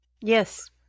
Yes